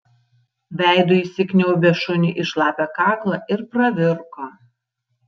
veidu įsikniaubė šuniui į šlapią kaklą ir pravirko